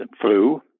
flu